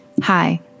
Hi